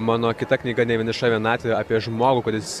mano kita knyga nevieniša vienatvė apie žmogų kuris